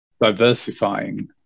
diversifying